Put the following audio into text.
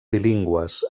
bilingües